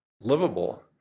livable